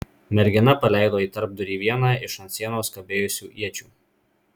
mergina paleido į tarpdurį vieną iš ant sienos kabėjusių iečių